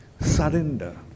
surrender